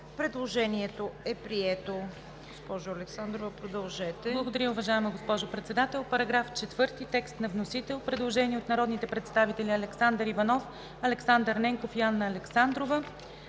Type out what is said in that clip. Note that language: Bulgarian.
Предложението е прието.